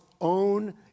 own